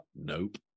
nope